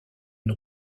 une